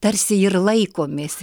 tarsi ir laikomės